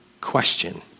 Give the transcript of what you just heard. question